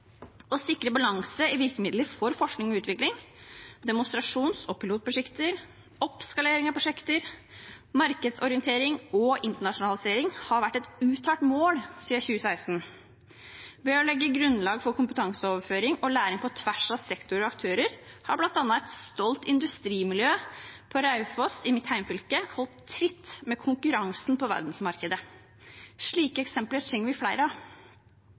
Å sikre balanse i virkemidler for forskning og utvikling, demonstrasjons- og pilotprosjekter, oppskalering av prosjekter, markedsorientering og internasjonalisering har vært et uttalt mål siden 2016. Ved å legge grunnlag for kompetanseoverføring og læring på tvers av sektorer og aktører har bl.a. et stolt industrimiljø på Raufoss, i mitt hjemfylke, holdt tritt med konkurransen på verdensmarkedet. Slike eksempler trenger vi flere av.